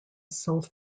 self